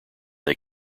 they